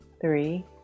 three